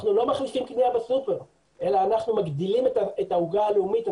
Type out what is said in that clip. אנחנו לא מחליפים קנייה בסופרמרקט אלא אנחנו מגדילים את העוגה הלאומית,